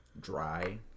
dry